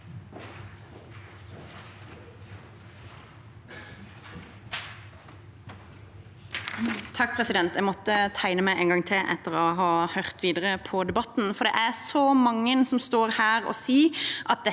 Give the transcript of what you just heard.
(V) Jeg måtte tegne meg en gang til etter å ha hørt videre på debatten, for det er så mange som står her og sier at dette